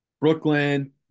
Brooklyn –